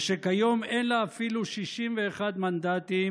ושכיום אין לה אפילו 61 מנדטים,